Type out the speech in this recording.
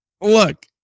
look